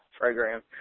program